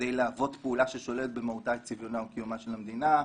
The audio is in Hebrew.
כדי להוות פעולה ששוללת במהותה את צביונה או קיומה של המדינה,